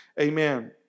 Amen